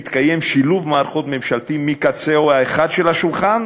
מתקיים שילוב מערכות ממשלתי מקצהו האחד של שולחן